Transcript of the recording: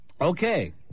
Okay